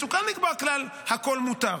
מסוכן לקבוע כלל שהכול מותר.